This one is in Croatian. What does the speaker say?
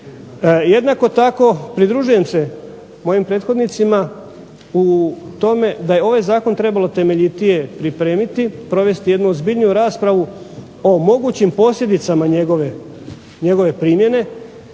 Jednako tako pridružujem se mojim prethodnicima u tome da je ovaj zakon trebalo temeljitije pripremiti, provesti jednu ozbiljniju raspravu o mogućim posljedicama njegove primjene,